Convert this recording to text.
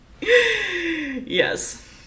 Yes